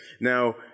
Now